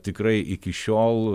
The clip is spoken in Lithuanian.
tikrai iki šiol